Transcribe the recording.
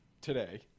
today—